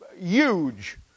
huge